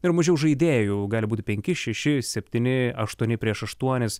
ir mažiau žaidėjų gali būti penki šeši septyni aštuoni prieš aštuonis